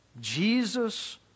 Jesus